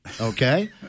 Okay